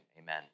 Amen